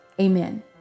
Amen